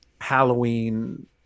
Halloween